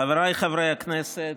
חבריי חברי הכנסת,